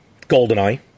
Goldeneye